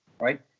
right